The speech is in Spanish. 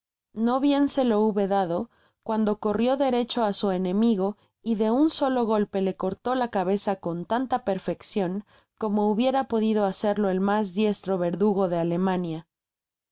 no bien se lo hube dado cuando corrio derecho á su enemigo y de un solo golpe le cortó la cabeza eon lania perfeccion como hubiera podido hacerlo el mas diestro verdugo de alemania